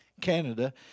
Canada